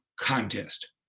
Contest